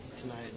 tonight